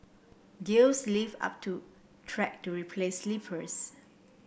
gear lifted up to track to replace sleepers